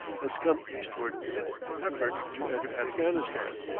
has come eastward in an effort to enter afghanistan.